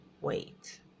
wait